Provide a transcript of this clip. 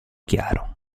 chiaro